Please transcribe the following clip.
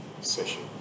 session